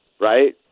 right